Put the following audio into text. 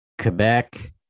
Quebec